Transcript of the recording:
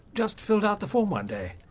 just filled out the form one day!